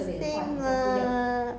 ya